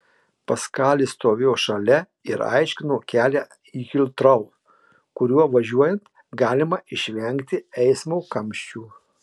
paskalis stovėjo šalia ir aiškino kelią į hitrou kuriuo važiuojant galima išvengti eismo kamščių